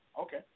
Okay